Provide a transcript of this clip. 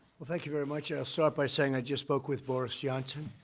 well, thank you very much. i'll start by saying i just spoke with boris johnson,